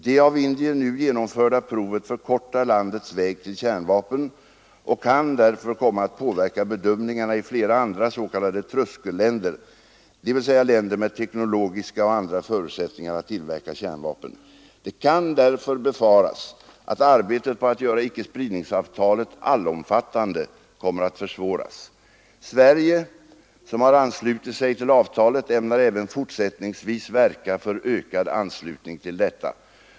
Det av Indien nu genomförda provet förkortar landets väg till kärnvapen och kan därför komma att påverka bedömningarna i flera andra s.k. tröskelländer, dvs. länder med teknologiska och andra förutsättningar att tillverka kärnvapen. Det kan därför befaras, att arbetet på att göra icke-spridningsavtalet allomfattande kommer att försvåras. Sverige, som har anslutit sig till avtalet, ämnar även fortsättningsvis verka för ökad anslutning till detta.